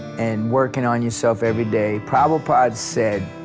and working on yourself everyday, prabhupada said,